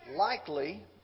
Likely